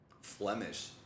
Flemish